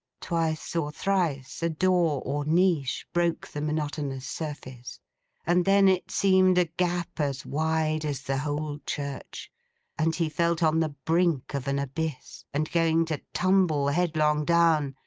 twice or thrice, a door or niche broke the monotonous surface and then it seemed a gap as wide as the whole church and he felt on the brink of an abyss, and going to tumble headlong down,